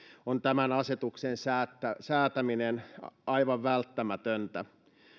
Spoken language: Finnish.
on tämän asetuksen säätäminen aivan välttämätöntä